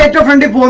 and two hundred